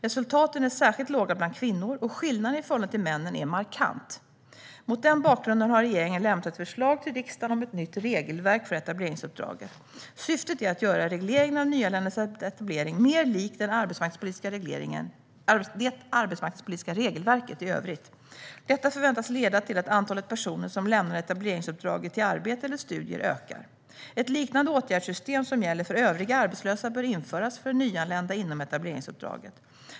Resultaten är särskilt låga bland kvinnor, och skillnaden i förhållande till männen är markant. Mot den bakgrunden har regeringen lämnat ett förslag till riksdagen om ett nytt regelverk för etableringsuppdraget. Syftet är att göra regleringen av nyanländas etablering mer lik det arbetsmarknadspolitiska regelverket i övrigt. Detta förväntas leda till att antalet personer som lämnar etableringsuppdraget för arbete eller studier ökar. Ett liknande åtgärdssystem som gäller för övriga arbetslösa bör införas för nyanlända inom etableringsuppdraget.